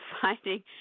finding